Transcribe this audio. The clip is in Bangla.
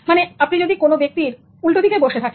মানে আপনি যদি বাসে বা ট্রেনে কোন ব্যক্তির পাশে বসে আছেন